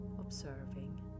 observing